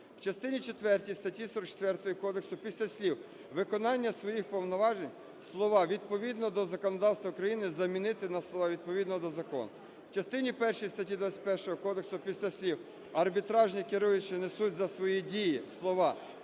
В частині четвертій статті 44 кодексу після слів "виконання своїх повноважень" слова "відповідно до законодавства України" замінити на слова "відповідно до закону". В частині першій статті 21 кодексу після слів "арбітражні керуючі несуть за свої дії, слова